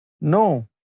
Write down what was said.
No